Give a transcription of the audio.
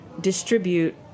distribute